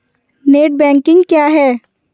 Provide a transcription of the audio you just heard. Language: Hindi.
नेट बैंकिंग क्या है?